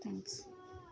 thanks